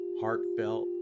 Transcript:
heartfelt